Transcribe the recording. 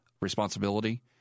responsibility